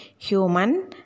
human